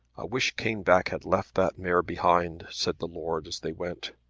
wish caneback had left that mare behind, said the lord as they went.